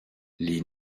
les